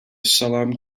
salem